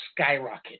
skyrocket